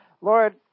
Lord